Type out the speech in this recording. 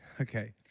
okay